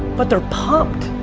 but they're pumped.